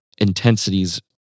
Intensities